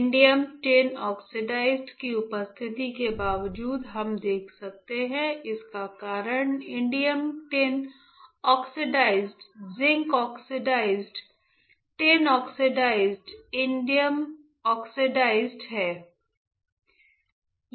indium tin oxide की उपस्थिति के बावजूद हम देख सकते हैं इसका कारण indium tin oxide zinc oxide tin oxide indium oxide है